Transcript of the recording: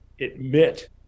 admit